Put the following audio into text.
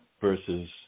versus